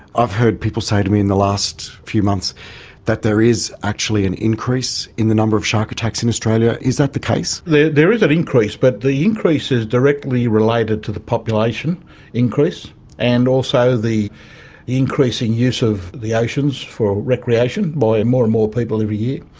heard people say to me in the last few months that there is actually an increase in the number of shark attacks in australia. is that the case? there is an increase but the increase is directly related to the population increase and also the increasing use of the oceans for recreation by and more and more people every year,